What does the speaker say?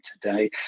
today